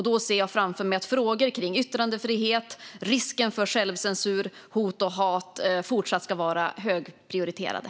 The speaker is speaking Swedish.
Då ser jag framför mig att frågor om yttrandefrihet, risken för självcensur, hot och hat fortsatt ska vara högprioriterade.